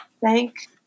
thank